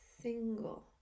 single